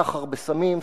סחר בסמים,